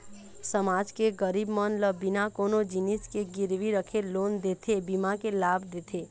समाज के गरीब मन ल बिना कोनो जिनिस के गिरवी रखे लोन देथे, बीमा के लाभ देथे